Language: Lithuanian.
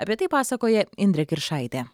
apie tai pasakoja indrė kiršaitė